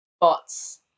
bots